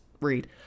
read